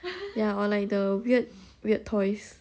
ya or like the weird weird toys